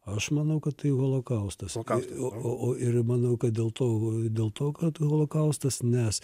aš manau kad tai holokaustas o o ir manau kad dėl to dėl to kad holokaustas nes